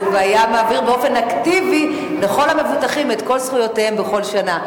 ויעביר באופן אקטיבי לכל המבוטחים את כל זכויותיהם בכל שנה.